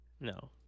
No